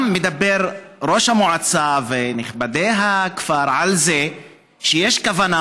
מדבר ראש המועצה ונכבדי הכפר על זה שיש כוונה,